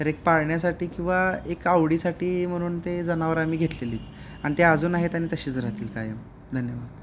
तर एक पाळण्यासाठी किंवा एक आवडीसाठी म्हणून ते जनावरं आम्ही घेतलेलीत आणि ते अजून आहेत आणि तशीच राहतील कायम धन्यवाद